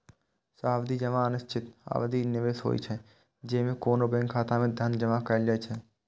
सावधि जमा निश्चित अवधिक निवेश होइ छै, जेइमे कोनो बैंक खाता मे धन जमा कैल जाइ छै